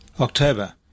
October